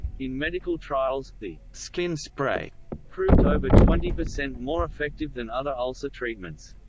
in medical trials, the skin spray proved over twenty percent more effective than other ulcer treatments.